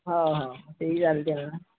हो हो ते ही चालतं आहे म्हणा